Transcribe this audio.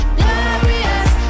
glorious